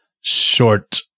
short